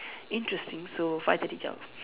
interesting so five thirty zao